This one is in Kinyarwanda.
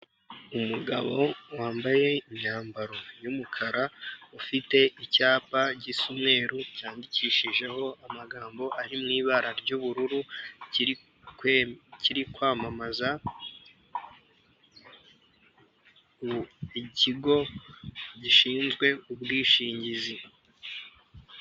Umugabo wambaye imyambaro y'umukara, ufite icyapa gisa umweru cyandikishijeho amagambo ari mu ibara ry'ubururu kiri kwamamaza ikigo gishinzwe ubwishingizi.